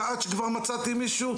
עד שכבר מצאתי מישהו.